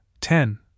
ten